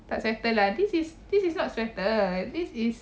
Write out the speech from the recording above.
tak sweater lah this is this is not sweater this is